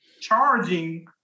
charging